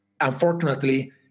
unfortunately